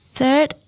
Third